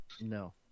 No